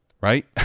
right